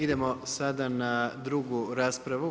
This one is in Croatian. Idemo sada na drugu raspravu.